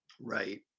Right